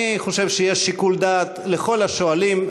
אני חושב שיש שיקול דעת לכל השואלים,